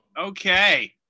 Okay